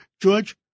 George